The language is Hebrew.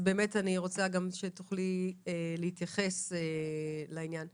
אני ארצה לשמוע התייחסות של משרד הבריאות.